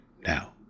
now